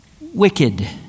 wicked